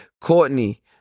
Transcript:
Courtney